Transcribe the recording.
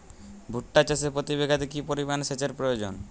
ভুট্টা চাষে প্রতি বিঘাতে কি পরিমান সেচের প্রয়োজন?